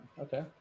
Okay